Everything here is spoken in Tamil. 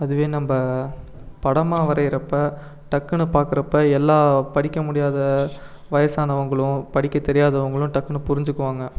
அதுவே நம்ம படமாக வரைகிறப்ப டக்குன்னு பார்க்குறப்ப எல்லா படிக்க முடியாத வயதானவங்களும் படிக்க தெரியாதவங்களும் டக்குன்னு புரிஞ்சுக்குவாங்க